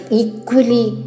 equally